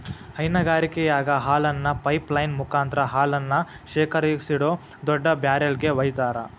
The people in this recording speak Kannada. ಹೈನಗಾರಿಕೆಯಾಗ ಹಾಲನ್ನ ಪೈಪ್ ಲೈನ್ ಮುಕಾಂತ್ರ ಹಾಲನ್ನ ಶೇಖರಿಸಿಡೋ ದೊಡ್ಡ ಬ್ಯಾರೆಲ್ ಗೆ ವೈತಾರ